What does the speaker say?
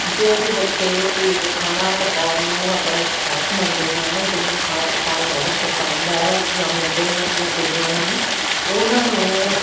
ਜੋ ਵੀ ਬੱਚੇ ਇਹ ਖਾਣਾ ਪਕਾਉਣ ਨੂੰ ਆਪਣਾ ਇੱਕ ਸ਼ੌਂਕ ਮੰਨਦੇ ਹਨ ਜਿਹਨਾਂ ਨੂੰ ਖਾਣਾ ਪਕਾਉਣਾ ਬਹੁਤ ਪਸੰਦ ਹੈ ਜਾਂ ਮੁੰਡੇ ਹਨ ਜਾਂ ਕੁੜੀਆਂ ਹਨ ਉਹਨਾਂ ਨੂੰ